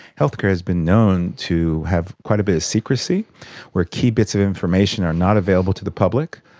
healthcare has been known to have quite a bit of secrecy where key bits of information are not available to the public,